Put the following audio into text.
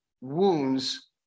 wounds